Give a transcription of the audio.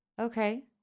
Okay